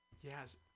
Yes